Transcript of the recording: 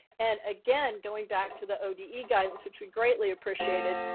and again, going back to the ode guidance. which we greatly appreciated.